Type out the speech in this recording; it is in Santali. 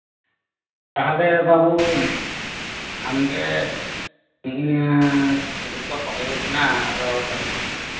ᱛᱟᱦᱚᱞᱮ ᱵᱟᱹᱵᱩ ᱟᱢᱜᱮ ᱦᱩᱲᱩ ᱛᱚ ᱯᱚᱴᱮ ᱟᱠᱟᱱᱟ ᱠᱟᱹᱴᱤᱡ